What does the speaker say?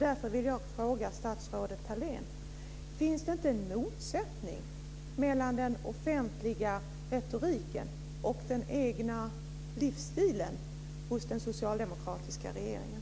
Jag vill därför fråga statsrådet Thalén: Finns det inte en motsättning mellan den offentliga retoriken och den egna livsstilen hos den socialdemokratiska regeringen?